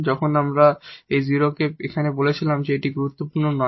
যখন আমরা 0 কে এখানে বলেছিলাম এটি গুরুত্বপূর্ণ নয়